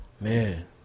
Man